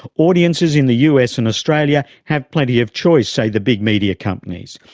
audiences in the us and australia have plenty of choice, say the big media companies,